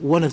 one of